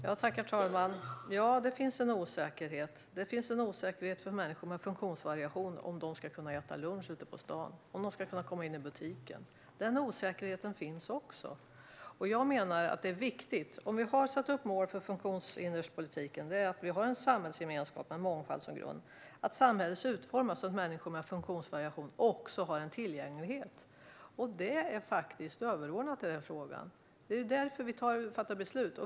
Herr talman! Ja, det finns en osäkerhet, också för människor med funktionsvariation: Ska de kunna äta lunch ute på stan eller komma in i butiken? Om vi har satt upp mål för funktionshinderspolitiken och har en samhällsgemenskap med mångfald som grund menar jag att det är viktigt att samhället utformas så att människor med funktionsvariation också har en tillgänglighet. Detta är faktiskt överordnat i denna fråga. Det är därför vi fattar beslut.